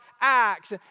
acts